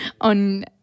on